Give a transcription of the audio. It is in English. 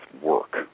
work